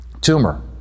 Tumor